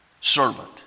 servant